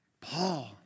Paul